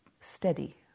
steady